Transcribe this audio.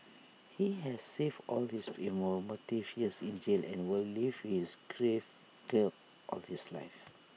he has save all his fill more motive years in jail and will live is grave guilt all his life